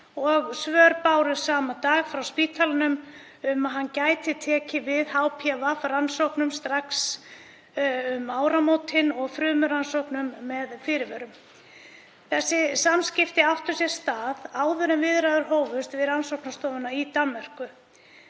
svör bárust sama dag frá spítalanum um að hann gæti tekið við HPV-rannsóknum strax um áramótin og frumurannsóknum með fyrirvörum. Þau samskipti áttu sér stað áður en viðræður hófust við rannsóknastofuna í Danmörku.